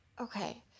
Okay